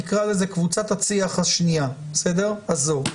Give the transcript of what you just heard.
שנקרא קבוצת הצי" השנייה הזו.